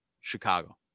Chicago